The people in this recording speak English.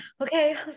okay